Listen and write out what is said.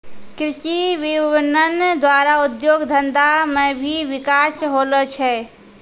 कृषि विपणन द्वारा उद्योग धंधा मे भी बिकास होलो छै